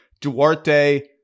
Duarte